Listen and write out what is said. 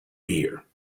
beer